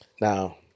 Now